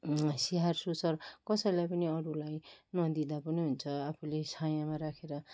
स्याहार सुसार कसैलाई पनि अरूलाई नदिँदा पनि हुन्छ आफूले छायाँमा राखेर